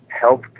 health